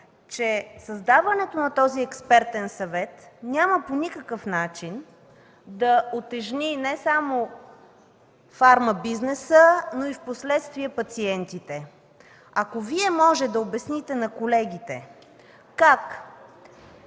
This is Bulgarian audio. че създаването на този експертен съвет по никакъв начин няма да утежни не само фармабизнеса, но и впоследствие пациентите. Ако може, Вие да обясните на колегите: